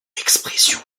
expression